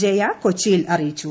ജയ കൊച്ചിയിൽ അറിയിച്ചു